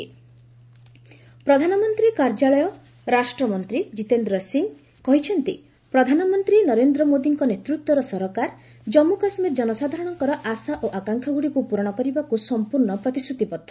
JK Jitendra Singh ପ୍ରଧାନମନ୍ତ୍ରୀ କାର୍ଯ୍ୟାଳୟ ରାଷ୍ଟ୍ରମନ୍ତ୍ରୀ ଜିତେନ୍ଦ୍ର ସିଂ କହିଛନ୍ତି ପ୍ରଧାନମନ୍ତ୍ରୀ ନରେନ୍ଦ୍ର ମୋଦିଙ୍କ ନେତୃତ୍ୱର ସରକାର ଜଣ୍ପୁ କାଶ୍ମୀର ଜନସାଧାରଣଙ୍କର ଆଶା ଓ ଆକାଂକ୍ଷାଗୁଡ଼ିକୁ ପୂରଣ କରିବାକୁ ସମ୍ପର୍ଣ୍ଣ ପ୍ରତିଶ୍ରୁତିବଦ୍ଧ